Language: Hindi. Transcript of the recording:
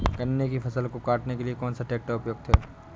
गन्ने की फसल को काटने के लिए कौन सा ट्रैक्टर उपयुक्त है?